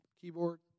Keyboard